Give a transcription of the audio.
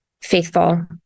faithful